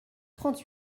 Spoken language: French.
trente